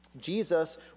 Jesus